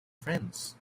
friends